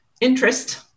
interest